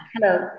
Hello